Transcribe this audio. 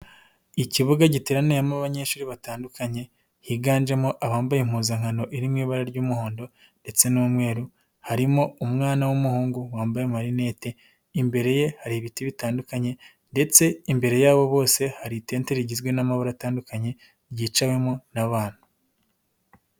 Ikibuga giteraniyemo abanyeshuri batandukanye higanjemo abambaye impuzankano iri mu ibara ry'umuhondo ndetse n'umweru, harimo umwana w'umuhungu wambaye amarinete imbere ye hari ibiti bitandukanye, ndetse imbere yabo bose hari itente rigizwe n'amabara atandukanye ryicawemo n'abantu.